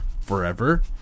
forever